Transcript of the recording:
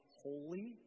holy